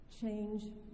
Change